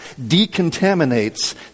decontaminates